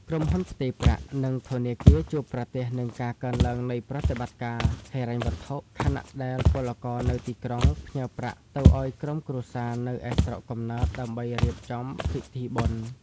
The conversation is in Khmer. ក្រុមហ៊ុនផ្ទេរប្រាក់ និងធនាគារជួបប្រទះនឹងការកើនឡើងនៃប្រតិបត្តិការហិរញ្ញវត្ថុ ខណៈដែលពលករនៅទីក្រុងផ្ញើប្រាក់ទៅឱ្យក្រុមគ្រួសារនៅឯស្រុកកំណើតដើម្បីរៀបចំពិធីបុណ្យ។